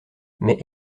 mais